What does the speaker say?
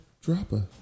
Dropper